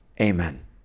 Amen